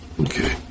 Okay